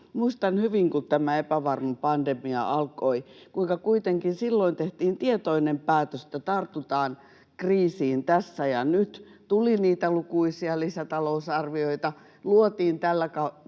Muistan hyvin, kun tämä epävarma pandemia alkoi, kuinka kuitenkin silloin tehtiin tietoinen päätös, että tartutaan kriisiin tässä ja nyt: tuli niitä lukuisia lisätalousarvioita, luotiin tällä tavalla